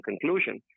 conclusion